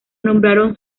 nombraron